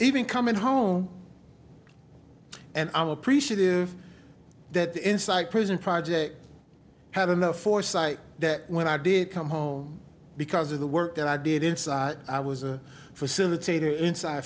even coming home and i'm appreciative that the inside prison project had enough foresight that when i did come home because of the work that i did inside i was a facilitator inside